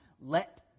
let